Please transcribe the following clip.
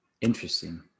Interesting